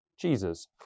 Jesus